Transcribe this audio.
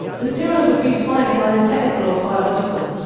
materials would be defined as either technical or biological,